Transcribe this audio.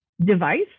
device